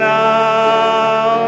now